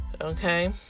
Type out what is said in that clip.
okay